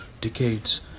decades